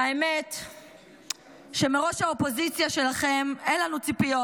האמת שמראש האופוזיציה שלכם אין לנו ציפיות,